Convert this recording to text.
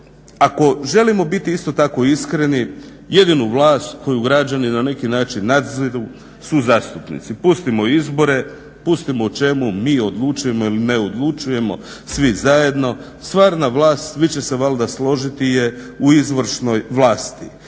Ako želimo biti isto tako iskreni, jedinu vlast koju građani na neki način nadziru su zastupnici. Pustimo izbore, pustimo o čemu mi odlučujemo ili ne odlučujemo svi zajedno. Stvarna vlast, svi će se valjda složiti je u izvršnoj vlasti.